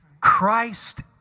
Christ